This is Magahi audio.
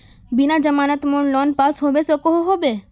बिना जमानत मोर लोन पास होबे सकोहो होबे?